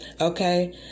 Okay